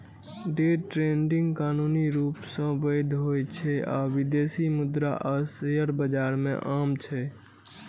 day trading कानूनी रूप सं वैध होइ छै आ विदेशी मुद्रा आ शेयर बाजार मे आम छै